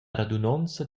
radunonza